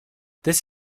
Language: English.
this